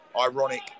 ironic